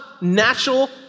natural